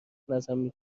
دیگران